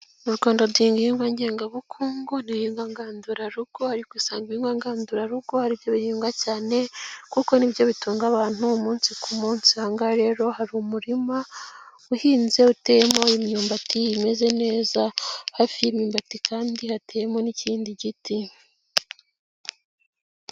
Mu Rwanda duhinga ibihingwa ngengabukungu n'ibihingwa ngandurarugo ariko usanga ibihingwa ngandurarugo aribyo bihinga cyane kuko nibyo bitunga abantu umunsi ku munsi, ahangaha rero hari umurima uhinze uteyemo imyumbati imeze neza, hafi y'imyumbati kandi hateyemo n'ikindi giti.